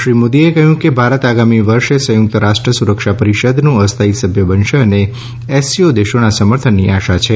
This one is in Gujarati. શ્રી મોદીએ કહ્યું કે ભારત આગામી વર્ષે સંયુકત રાષ્ટ્રત સુરક્ષા પરિષદનું અસ્થાયી સભ્ય બનશે અને એસસીઓ દેશોના સમર્થનની આશા છે